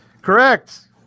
Correct